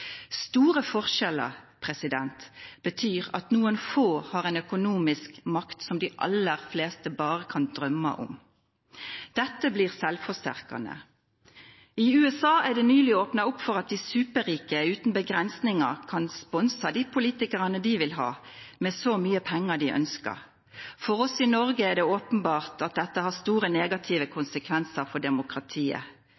Store forskjeller betyr at noen få har en økonomisk makt som de aller fleste bare kan drømme om. Dette blir selvforsterkende. I USA er det nylig åpnet opp for at de «superrike» uten begrensninger kan sponse de politikerne de vil ha, med så mye penger de ønsker. For oss i Norge er det åpenbart at dette har store negative